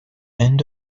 end